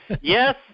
Yes